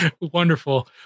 wonderful